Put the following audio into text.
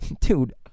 Dude